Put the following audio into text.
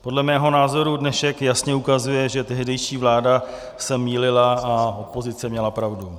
Podle mého názoru dnešek jasně ukazuje, že se tehdejší vláda mýlila a opozice měla pravdu.